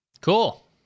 Cool